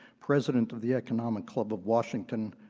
president of the economic club of washington,